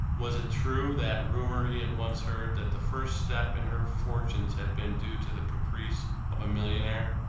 was it true, that rumour he had once heard that the first step in her fortunes had been due to the caprice of a millionaire?